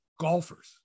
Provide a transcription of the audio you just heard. golfers